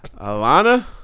Alana